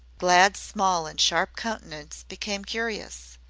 glad's small and sharp countenance became curious.